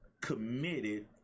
committed